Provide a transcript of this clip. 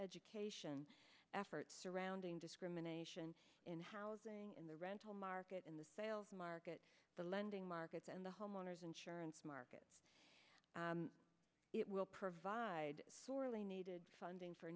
education efforts surrounding discrimination in housing in the rental market in the sales market the lending markets and the homeowner's insurance market it will provide sorely needed funding for